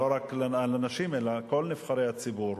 לא רק לנשים אלא לכל נבחרי הציבור,